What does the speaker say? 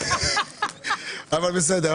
אבל בסדר,